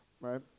right